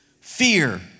Fear